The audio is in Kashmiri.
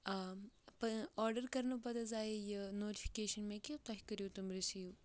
آرڈَر کَرنہٕ پَتہٕ حظ آیے یہِ نوٹفِکیشَن مےٚ کہِ تۄہہِ کٔرِو تِم رِسیٖو